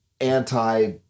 anti-